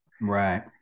Right